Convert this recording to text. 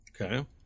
Okay